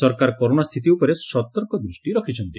ସରକାର କରୋନା ସ୍ଚିତି ଉପରେ ସତର୍କ ଦୃଷ୍ଟି ରଖିଛନ୍ତି